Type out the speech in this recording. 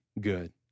good